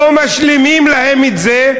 לא משלימים להם את זה.